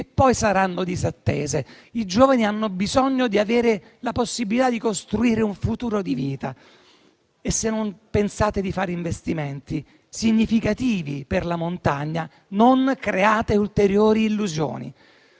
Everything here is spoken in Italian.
poi saranno disattese. I giovani hanno bisogno di avere la possibilità di costruire un futuro di vita; se non pensate di fare investimenti significativi per la montagna, non create ulteriori illusioni.